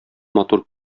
матур